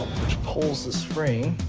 which pulls the spring.